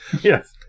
Yes